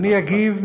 אני אגיב.